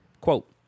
Quote